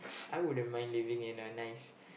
I wouldn't mind living in a nice